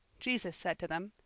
jesus said to them,